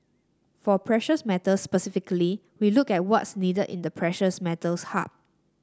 for precious metals specifically we look at what's needed in the precious metals hub